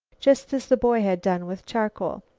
just as the boy had done with charcoal.